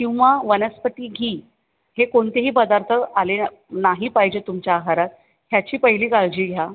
किंवा वनस्पती घी हे कोणतेही पदार्थ आले ना नाही पाहिजे तुमच्या आहारात ह्याची पहिली काळजी घ्या